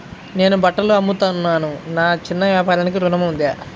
నేను బట్టలు అమ్ముతున్నాను, నా చిన్న వ్యాపారానికి ఋణం ఉందా?